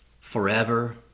forever